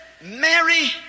Mary